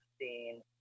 seen